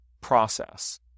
process